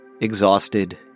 Exhausted